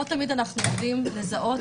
לא תמיד אנחנו יודעים לזהות,